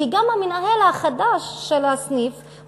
כי גם המנהל החדש של הסניף,